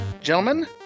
gentlemen